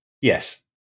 Yes